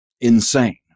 insane